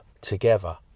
together